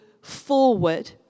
forward